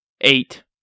eight